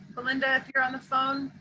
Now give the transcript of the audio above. belinda, if you're on the phone,